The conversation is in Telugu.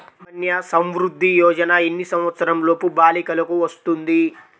సుకన్య సంవృధ్ది యోజన ఎన్ని సంవత్సరంలోపు బాలికలకు వస్తుంది?